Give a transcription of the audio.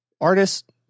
Artists